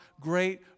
great